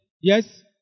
Yes